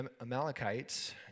Amalekites